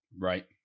Right